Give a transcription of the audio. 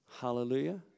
Hallelujah